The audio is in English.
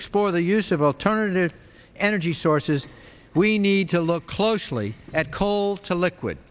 explore the use of alternative energy sources we need to look closely at coal to liquid